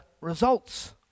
results